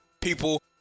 people